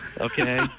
Okay